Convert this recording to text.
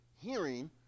hearing